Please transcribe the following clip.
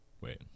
wait